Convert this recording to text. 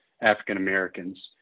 African-Americans